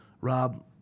Rob